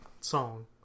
song